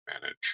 manage